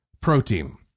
protein